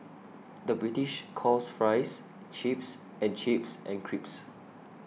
the British calls Fries Chips and chips and crisps